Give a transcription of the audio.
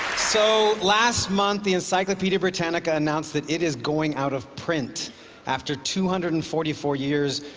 so, last month, the encyclopaedia britannica announced that it is going out of print after two hundred and forty four years,